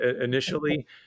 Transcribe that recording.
initially